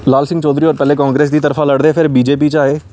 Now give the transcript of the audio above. लाल सिंह् चौधरी पैह्लें कांग्रेस दी तरफा लड़े बाद च बीजेपी च आए